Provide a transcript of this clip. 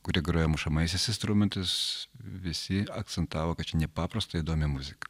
kurie groja mušamaisiais instrumentais visi akcentavo kad čia nepaprastai įdomi muzika